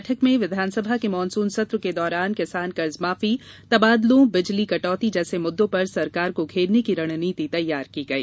बैठक में विधानसभा के मानसून सत्र के दौरान किसान कर्जमाफी तबादलों बिजली कटौती जैसे मुद्दों पर सरकार को घेरने की रणनीति तैयार की गई